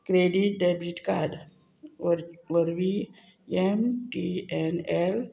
credit debit card वर वरवीं M T N L